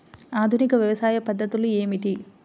ఆధునిక వ్యవసాయ పద్ధతులు ఏమిటి?